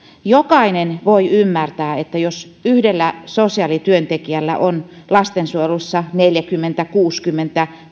jokainen voi ymmärtää että jos yhdellä sosiaalityöntekijällä on lastensuojelussa neljäkymmentä kuusikymmentä